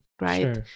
Right